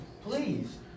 Please